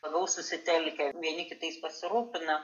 labiau susitelkę vieni kitais pasirūpina